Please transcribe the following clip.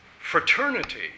Fraternity